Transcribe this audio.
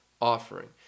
offering